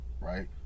right